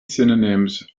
synonyms